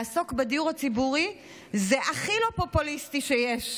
לעסוק בדיור הציבורי זה הכי לא פופוליסטי שיש.